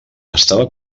estava